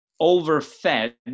overfed